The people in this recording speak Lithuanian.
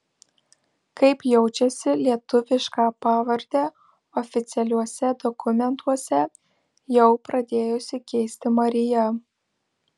kaip jaučiasi lietuvišką pavardę oficialiuose dokumentuose jau pradėjusi keisti marija